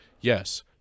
Yes